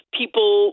people